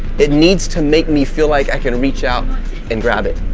it needs to make me feel like i can reach out and grab it.